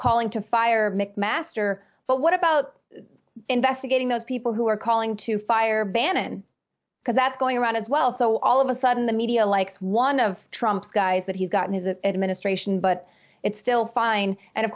calling to fire mcmaster but what about investigating those people who are calling to fire bannan because that's going around as well so all of a sudden the media likes one of trump's guys that he's got his an administration but it's still fine and of